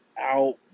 out